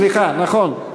סליחה, נכון.